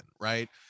right